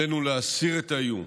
עלינו להסיר את האיום,